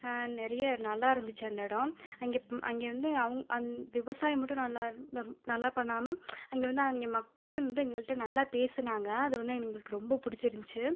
நிறைய நல்லா இருந்துச்சு அந்த இடம் அங்கே அங்கே வந்து விவசாயம் மட்டும் நல்லா நல்லா பண்ணாமல் அங்கே வந்து மக்களும் வந்து எங்கள்கிட்ட நல்லா பேசினாங்க அது வந்து எங்களுக்கு ரொம்ப பிடிச்சி இருந்துச்சு